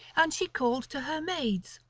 and she called to her maids.